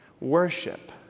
worship